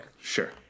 Sure